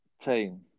team